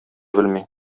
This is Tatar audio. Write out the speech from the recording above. белми